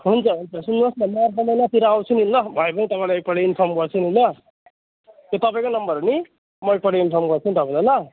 हुन्छ हुन्छ सुन्नुहोस् न म अर्को महिनातिर आउँछु नि ल भयो भने तपाईँलाई एकपल्टि इन्फर्म गर्छु नि ल यो तपाईँको नम्बर हो नि मैले पहिले इन्फर्म गर्छु नि तपाईँलाई ल